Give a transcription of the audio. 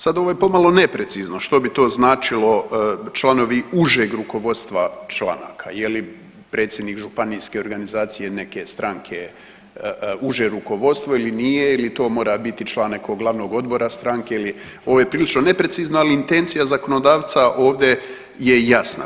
Sad ovo je pomalo neprecizno što bi to značilo članovi užeg rukovodstva članaka, je li predsjednik županijske organizacije neke stranke uže rukovodstvo ili nije ili to mora biti član nekog glavnog odbora stranke ili, ovo je prilično neprecizno, ali intencija zakonodavca ovdje je jasna.